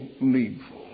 needful